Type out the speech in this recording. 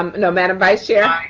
um no, madam vice yeah